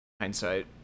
hindsight